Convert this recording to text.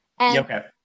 Okay